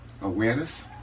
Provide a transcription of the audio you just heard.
awareness